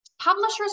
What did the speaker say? publishers